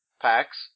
packs